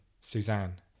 Suzanne